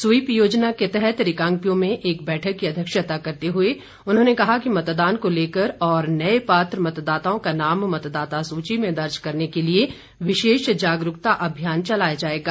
SVEEP योजना के तहत रिकांगपिओ में एक बैठक की अध्यक्षता करते हुए उन्होंने कहा कि मतदान को लेकर और नए पात्र मतदाताओं का नाम मतदाता सूची में दर्ज करने के लिए विशेष जागरूकता अभियान चलाया जाएगा